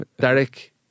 Derek